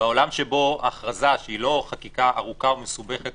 בעולם שבו ההכרזה, שהיא לא חקיקה ארוכה ומסובכת